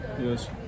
Yes